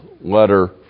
letter